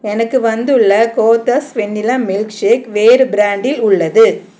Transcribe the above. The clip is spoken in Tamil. எனக்கு வந்துள்ள கோத்தாஸ் வென்னிலா மில்க் ஷேக் வேறு பிராண்டில் உள்ளது